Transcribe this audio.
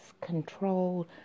control